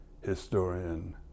historian